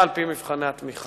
יחד עם זאת,